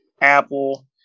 Apple